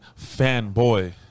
fanboy